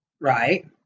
Right